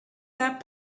that